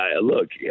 Look